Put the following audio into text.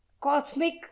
Cosmic